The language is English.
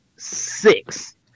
six